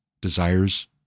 desires